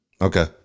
Okay